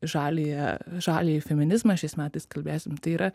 žaliąją žaliąjį feminizmą šiais metais kalbėsim tai yra